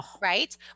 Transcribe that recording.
right